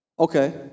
Okay